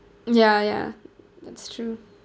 ya ya that's true